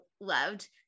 loved